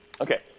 Okay